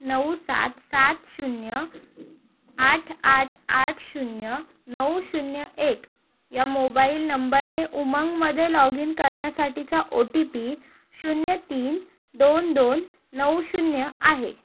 नऊ सात सात शून्य आठ आठ आठ शून्य नऊ शून्य एक या मोबाईल नंबरने उमंगमध्ये लॉग इन करण्यासाठीचा ओ टी पी शून्य तीन दोन दोन नऊ शून्य आहे